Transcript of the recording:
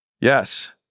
Yes